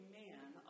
man